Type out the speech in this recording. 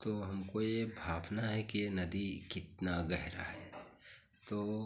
तो हमको यह भापना है कि यह नदी कितनी गहरी है तो